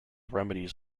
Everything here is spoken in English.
remedies